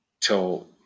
till